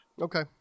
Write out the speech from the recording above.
okay